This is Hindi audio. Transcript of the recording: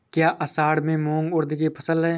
क्या असड़ में मूंग उर्द कि फसल है?